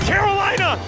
Carolina